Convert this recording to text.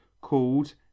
called